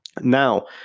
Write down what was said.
Now